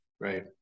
Right